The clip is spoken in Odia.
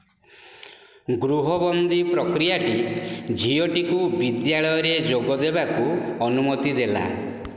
ଗୃହବନ୍ଦୀ ପ୍ରକ୍ରିୟାଟି ଝିଅଟିକୁ ବିଦ୍ୟାଳୟରେ ଯୋଗଦେବାକୁ ଅନୁମତି ଦେଲା